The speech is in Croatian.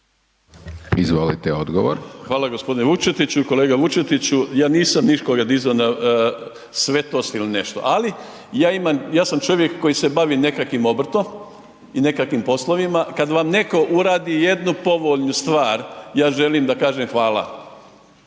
Ivica (Nezavisni)** Hvala g. Vučetiću, kolega Vučetiću. Ja nisam nikoga dizao na svetost ili nešto ali ja sam čovjek koji se bavi nekakvim obrtom i nekakvim poslovima, kad vam netko uradi jednu povoljnu stvar, ja želim da kažem hvala.